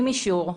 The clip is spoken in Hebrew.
עם אישור,